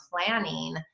planning